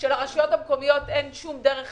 כאשר לרשויות המקומיות אין כל דרך